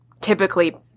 typically –